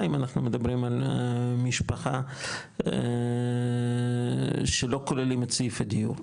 אם אנחנו מדברים על משפחה שלא כוללים את סעיף הדיור.